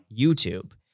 YouTube